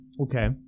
okay